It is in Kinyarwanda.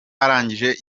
arangije